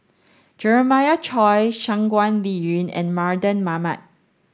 Jeremiah Choy Shangguan Liuyun and Mardan Mamat